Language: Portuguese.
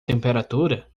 temperatura